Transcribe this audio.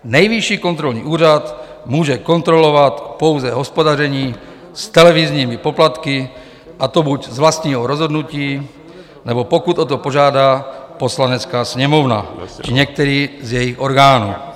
Nejvyšší kontrolní úřad může kontrolovat pouze hospodaření s televizními poplatky, a to buď z vlastního rozhodnutí, nebo pokud o to požádá Poslanecká sněmovna či některý z jejích orgánů.